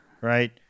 Right